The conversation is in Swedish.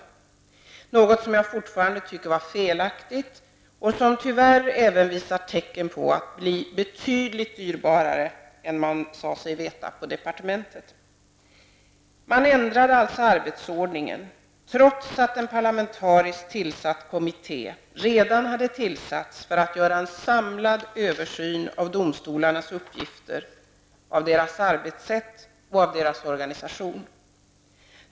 Det är något som jag fortfarande tycker var felaktigt och som tyvärr även visar tecken på att bli betydligt dyrbarare än man sade sig veta på departementet. Man ändrade alltså arbetsordningen trots att en parlamentariskt tillsatt kommitté redan hade tillsatts för att göra en samlad översyn av domstolarnas uppgifter, av deras arbetssätt och av deras organisation.